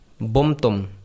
BOMTOM